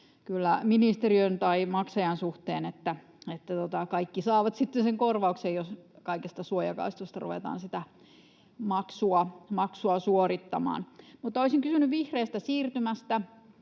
ministeriön tai maksajan suhteen, että kaikki saavat sitten sen korvauksen, jos kaikista suojakaistoista ruvetaan sitä maksua suorittamaan. Mutta olisin kysynyt vihreästä siirtymästä: